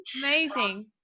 amazing